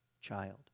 child